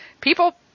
people